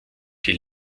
die